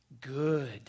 Good